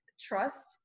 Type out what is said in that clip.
trust